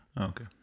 Okay